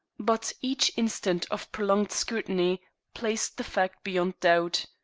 but each instant of prolonged scrutiny placed the fact beyond doubt.